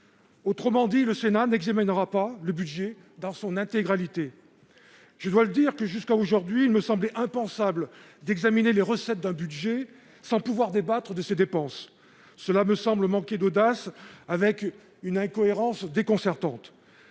Autrement dit, le Sénat n'examinera pas le budget dans son intégralité. Jusqu'à aujourd'hui, il me semblait impensable d'examiner les recettes d'un budget sans pouvoir débattre de ses dépenses. Cela me semble manquer d'audace et témoigner d'une incohérence déconcertante.